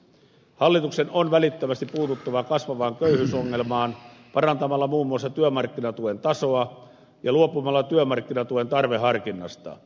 hallituksen on välittömästi puututtava kasvavaan köyhyysongelmaan parantamalla muun muassa työmarkkinatuen tasoa ja luopumalla työmarkkinatuen tarveharkinnasta